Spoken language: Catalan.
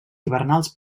hivernals